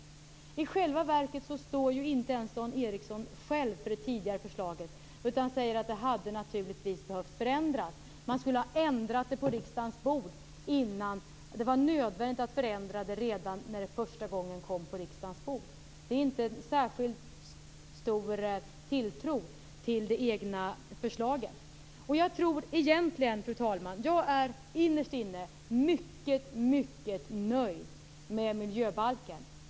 I själva verket står inte ens Dan Ericsson själv för det tidigare förslaget utan säger att det naturligtvis hade behövt förändras. Man skulle ha behövt förändra det på riskdagens bord. Det var nödvändigt att förändra det redan när det första gången kom på riksdagens bord. Det är inte särskilt stor tilltro till det egna förslaget. Jag är innerst inne mycket nöjd med miljöbalken.